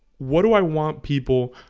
what do i want people?